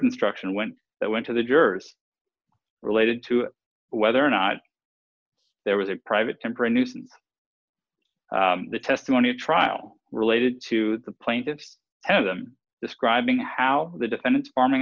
struction went that went to the jurors related to whether or not there was a private temper a nuisance the testimony of trial related to the plaintiffs have them describing how the defendants farming